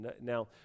Now